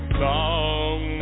song